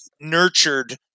nurtured